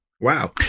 Wow